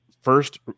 first